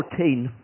14